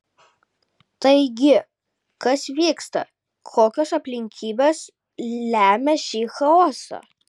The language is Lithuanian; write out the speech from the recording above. taigi kas vyksta kokios aplinkybės lemia šį chaosą